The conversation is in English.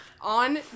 on